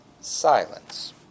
silence